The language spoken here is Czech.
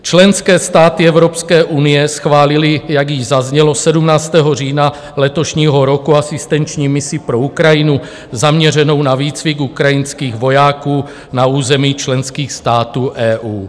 Členské státy Evropské unie schválily, jak již zaznělo, 17. října letošního roku asistenční misi pro Ukrajinu zaměřenou na výcvik ukrajinských vojáků na území členských států EU.